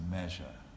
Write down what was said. measure